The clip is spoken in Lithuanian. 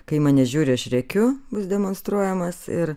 kai į mane žiūri aš rėkiu bus demonstruojamas ir